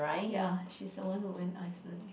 ya she's the one who went Iceland